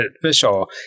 official